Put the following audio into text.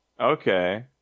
Okay